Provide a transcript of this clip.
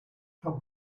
how